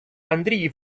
андрій